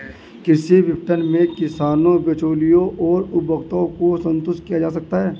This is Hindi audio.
कृषि विपणन में किसानों, बिचौलियों और उपभोक्ताओं को संतुष्ट किया जा सकता है